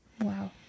Wow